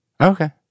Okay